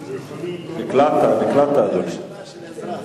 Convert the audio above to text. נקלטת, אדוני.